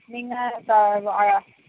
நீங்கள் த ஆ